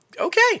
okay